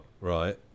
right